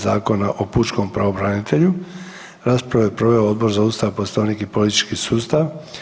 Zakona o Pučkom pravobranitelju raspravu je proveo Odbor za Ustav, Poslovnik i politički sustav.